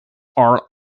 are